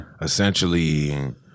essentially